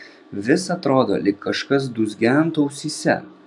vis atrodo lyg kažkas dūzgentų ausyse